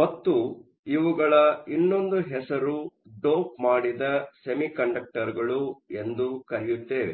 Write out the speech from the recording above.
ಮತ್ತು ಇವುಗಳ ಇನ್ನೊಂದು ಹೆಸರು ಡೋಪ್ ಮಾಡಿದ ಸೆಮಿಕಂಡಕ್ಟರ್ಗಳು ಎಂದು ಕರೆಯುತ್ತೇವೆ